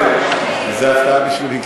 זה הפתעה בשבילי,